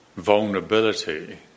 vulnerability